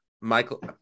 Michael